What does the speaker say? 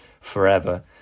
forever